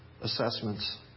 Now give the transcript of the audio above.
assessments